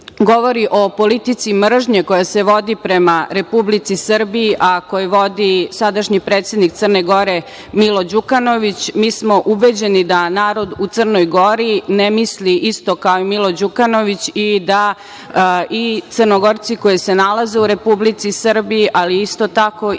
govori o politici mržnje, koja se vodi prema Republici Srbiji, a koju vodi sadašnji predsednik Crne Gore Milo Đukanović? Ubeđeni smo da narod u Crnoj Gori ne misli isto kao i Milo Đukanović i da i Crnogorci koji se nalaze u Republici Srbiji, ali i isto tako i